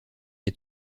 est